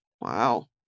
Wow